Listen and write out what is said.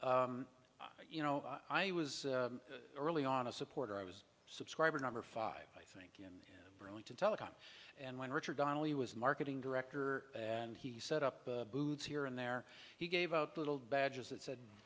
you know i was early on a supporter i was subscriber number five i think really to telecom and when richard donnelly was marketing director and he set up booths here and there he gave a little badges that said